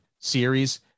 series